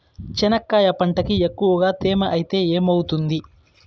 చెనక్కాయ పంటకి ఎక్కువగా తేమ ఐతే ఏమవుతుంది?